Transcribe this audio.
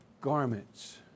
garments